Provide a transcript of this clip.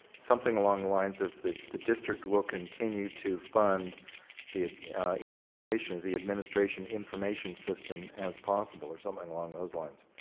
something along the lines of the the district will continue to fund the implementation of the administration information system as possible or something along those lines,